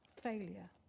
failure